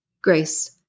Grace